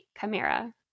Chimera